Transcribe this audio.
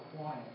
quiet